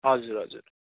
हजुर हजुर